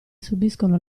subiscono